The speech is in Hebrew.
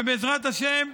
בעזרת השם,